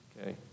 Okay